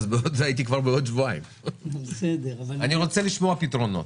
אני רוצה לשמוע לפתרונות,